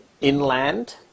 inland